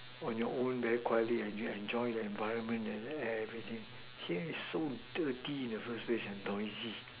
on your own very quietly and you enjoy the environment and everything here is so dirty in the first place and noisy